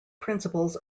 principles